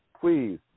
please